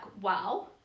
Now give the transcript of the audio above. wow